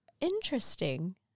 interesting